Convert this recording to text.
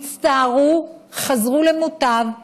הצטערו, חזרו למוטב,